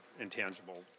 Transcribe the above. intangible